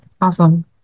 awesome